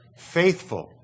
Faithful